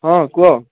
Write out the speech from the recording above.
ହଁ କୁହ